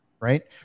right